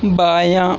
بایاں